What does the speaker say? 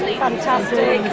fantastic